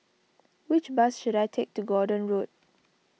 which bus should I take to Gordon Road